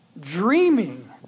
dreaming